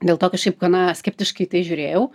dėl to kažkaip gana skeptiškai į tai žiūrėjau